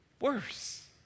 worse